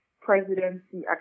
presidency